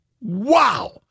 Wow